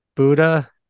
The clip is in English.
buddha